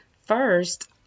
first